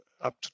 up